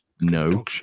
No